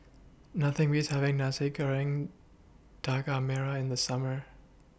Nothing Beats having Nasi Goreng Daging Merah in The Summer